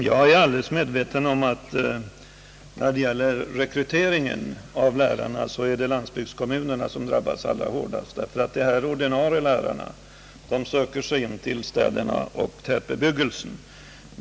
Herr talman! Jag är medveten om att när det gäller rekryteringen av lärare är det landsbygdskommunerna som drabbas allra hårdast, därför att ordinarie lärare söker sig in till städerna och tätbebyggelsen.